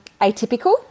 Atypical